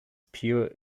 pure